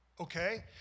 Okay